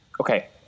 Okay